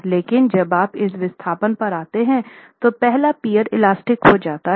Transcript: लेकिन जब आप इस विस्थापन पर आते हैं तो पहला पीअर इलास्टिक हो जाता है